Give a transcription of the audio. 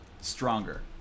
Stronger